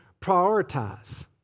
prioritize